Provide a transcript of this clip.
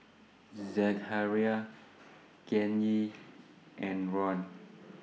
Zechariah Kanye and Ron